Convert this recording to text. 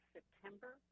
September